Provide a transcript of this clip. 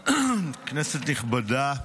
כנסת נכבדה,